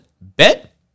bet